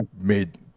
made